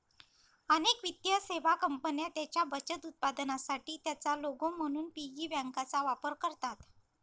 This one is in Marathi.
अनेक वित्तीय सेवा कंपन्या त्यांच्या बचत उत्पादनांसाठी त्यांचा लोगो म्हणून पिगी बँकांचा वापर करतात